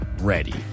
ready